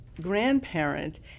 grandparent